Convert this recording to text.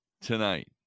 tonight